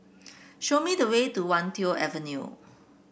show me the way to Wan Tho Avenue